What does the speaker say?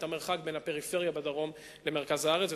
את המרחק מהפריפריה בדרום למרכז הארץ,